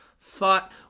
thought